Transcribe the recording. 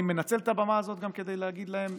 אני מנצל את הבמה הזאת גם כדי להגיד להם,